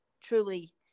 truly